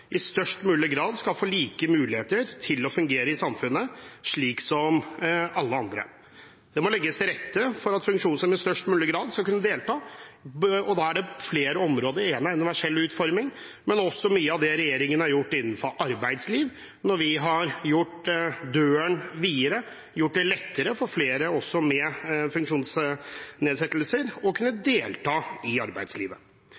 i størst mulig grad skal få de samme muligheter som alle andre til å fungere i samfunnet. Det må legges til rette for at funksjonshemmede i størst mulig grad skal kunne delta, og det gjelder på flere områder – det ene er universell utforming. Men regjeringen har gjort mye innenfor arbeidslivet når vi har gjort døren videre og gjort det lettere for at flere også med funksjonsnedsettelser skal kunne